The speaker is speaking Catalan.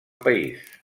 país